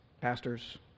pastors